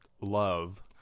love